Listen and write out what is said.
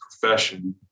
profession